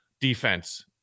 defense